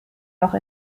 noch